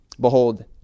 behold